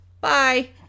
bye